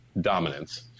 dominance